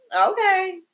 okay